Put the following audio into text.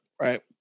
right